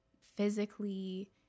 physically